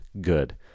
good